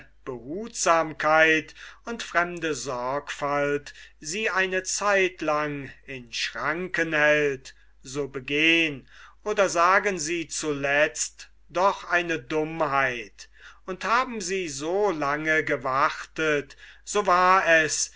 behutsamkeit und fremde sorgfalt sie eine zeit lang in schranken hält so begehen oder sagen sie zuletzt doch eine dummheit und haben sie so lange gewartet so war es